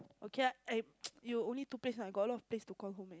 okay ah eh you only two place right I got a lot place to call home eh